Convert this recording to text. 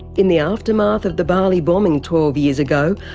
in the aftermath of the bali bombing twelve years ago,